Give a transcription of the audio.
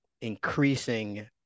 increasing